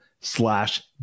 slash